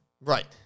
right